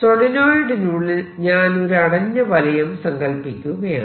സോളിനോയിഡിനുള്ളിൽ ഞാൻ ഒരു അടഞ്ഞ വലയം സങ്കല്പിക്കുകയാണ്